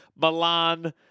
Milan